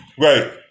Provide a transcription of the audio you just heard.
Right